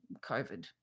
COVID